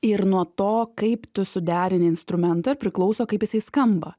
ir nuo to kaip tu suderinti instrumentą ir priklauso kaip jisai skamba